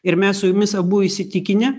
ir mes su jumis abu įsitikinę